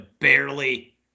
Barely